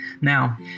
Now